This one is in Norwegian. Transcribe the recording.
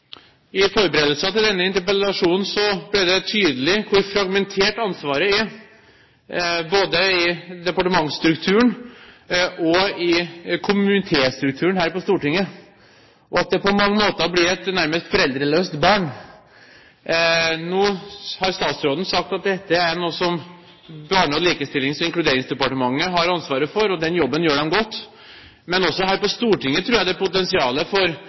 I forberedelsene til denne interpellasjonen ble det tydelig hvor fragmentert ansvaret er både i departementsstrukturen og i komitéstrukturen her på Stortinget, og at dette på mange måter nærmest blir et foreldreløst barn. Nå har statsråden sagt at dette er noe som Barne-, likestillings- og inkluderingsdepartementet har ansvaret for, og den jobben gjør de godt. Men også her på Stortinget tror jeg det er potensial for